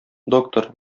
доктор